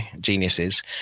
geniuses